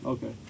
Okay